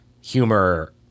humor